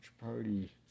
party